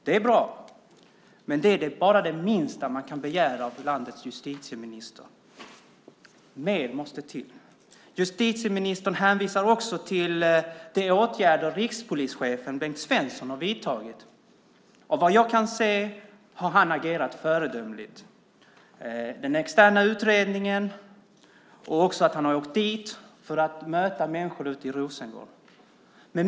Det är bra, men det är det minsta man kan begära av landets justitieminister. Mer måste till. Justitieministern hänvisar till de åtgärder som rikspolischefen Bengt Svenson har vidtagit. Vad jag kan se har han agerat föredömligt när det gäller den externa utredningen. Han har också åkt för att möta människor i Rosengård.